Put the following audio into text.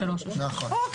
3 או 6. אוקיי,